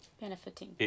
Benefiting